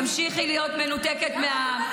תמשיכי להיות מנותקת מהעם.